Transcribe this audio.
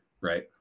right